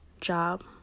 job